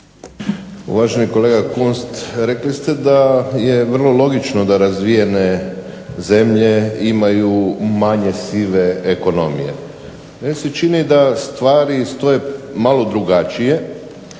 Uvaženi kolega Kunst, rekli ste da je vrlo logično da razvijene zemlje imaju manje sive ekonomije. Meni se čini da stvari stoje malo drugačije